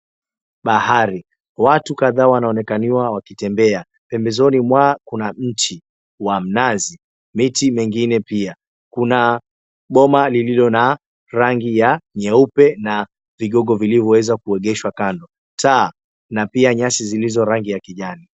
Bahari, watu kadhaa wanaonekaniwa wakitembea. Pembezoni mwao kuna mti wa mnazi, miti mingine pia. Kuna boma lililo na rangi ya nyeupe na vigogo vilivyoweza kuegeshwa kando, taa, kuna pia nyasi zilizo za rangi ya kijani.